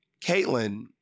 Caitlin